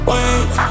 Wait